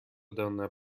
данная